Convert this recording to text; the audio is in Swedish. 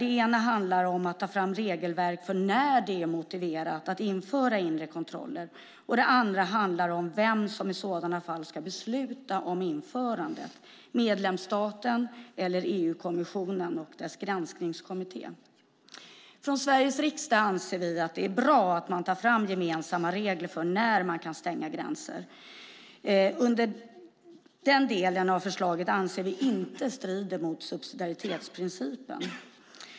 Det ena handlar om att ta fram regelverk för när det är motiverat att införa inre kontroller. Det andra handlar om vem som i sådana fall ska besluta om införandet, medlemsstaten eller EU-kommissionen och dess granskningskommitté. Från Sveriges riksdag anser vi att det är bra att det tas fram gemensamma regler för när man kan stänga gränser. Vi anser inte att den delen av förslaget strider mot subsidiaritetsprincipen.